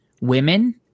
women